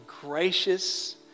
gracious